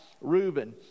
Reuben